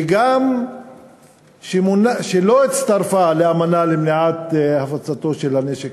ושגם לא הצטרפה לאמנה למניעת הפצתו של הנשק